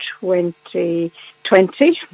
2020